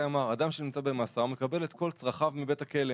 אמר: אדם שנמצא במאסר מקבל את כל צרכיו מבית הכלא.